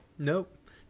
Nope